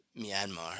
Myanmar